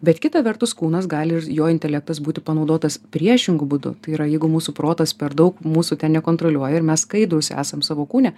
bet kita vertus kūnas gali ir jo intelektas būti panaudotas priešingu būdu tai yra jeigu mūsų protas per daug mūsų ten nekontroliuoja ir mes skaidrūs esam savo kūne